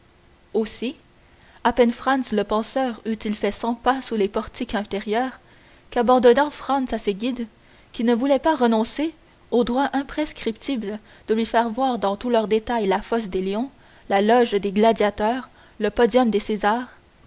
aussi à peine franz le penseur eut-il fait cent pas sous les portiques intérieurs qu'abandonnant albert à ses guides qui ne voulaient pas renoncer au droit imprescriptible de lui faire voir dans tous leurs détails la fosse des lions la loge des gladiateurs le podium des césars